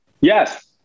Yes